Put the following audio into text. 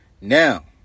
Now